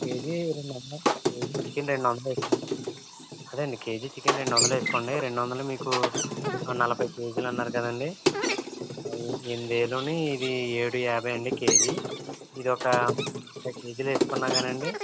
KG రెండు వందలు KG chicken రెండు వందలు ఏసుకోండి అదే అండి కేజీ చికెను రెండు వందలు ఏసుకోండి రెండు వందలు మీకు నలభై కేజీలు అన్నారు కదండి ఎనిమిది వేలునీ ఇది ఏడు యాభై అండి కేజీ ఇదొక ముప్పై కేజీలు ఏసుకున్నా కానీ అండి